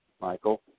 Michael